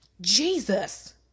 Jesus